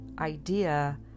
idea